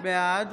בעד